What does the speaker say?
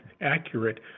accurate